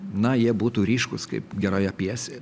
na jie būtų ryškūs kaip geroje pjesė